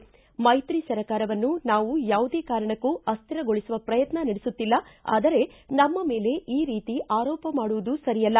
ಮೈತ್ರಿ ಸರ್ಕಾರವನ್ನು ನಾವು ಯಾವುದೇ ಕಾರಣಕ್ಕೂ ಅಸ್ಹಿರಗೊಳಿಸುವ ಪ್ರಯತ್ನ ನಡೆಸುತ್ತಿಲ್ಲ ಆದರೆ ನಮ್ನ ಮೇಲೆ ಈ ರೀತಿ ಆರೋಪ ಮಾಡುವುದು ಸರಿಯಲ್ಲ